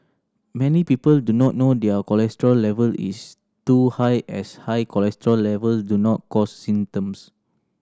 many people do not know their cholesterol level is too high as high cholesterol level do not cause symptoms